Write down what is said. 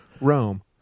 Rome